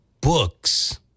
books